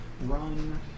run